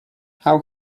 how